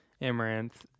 Amaranth